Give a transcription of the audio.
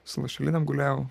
su lašelinėm gulėjau